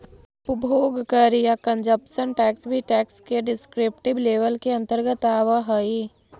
उपभोग कर या कंजप्शन टैक्स भी टैक्स के डिस्क्रिप्टिव लेबल के अंतर्गत आवऽ हई